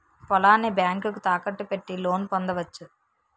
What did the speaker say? పొలాన్ని బ్యాంకుకు తాకట్టు పెట్టి లోను పొందవచ్చు